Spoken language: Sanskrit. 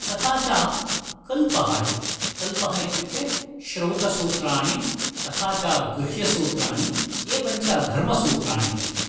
तथा च कल्पः इति कल्पः इत्युक्ते श्रौतसूत्राणि तथा च गृह्यसूत्राणि एवञ्च धर्मसूत्राणि इति